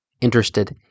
interested